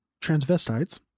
transvestites